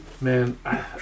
Man